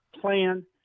plan